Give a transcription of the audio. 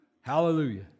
Hallelujah